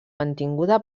mantinguda